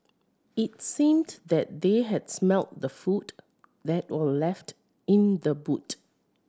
it seemed that they had smelt the food that were left in the boot